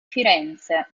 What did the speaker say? firenze